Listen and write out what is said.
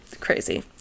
crazy